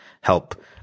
help